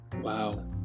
Wow